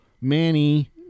Manny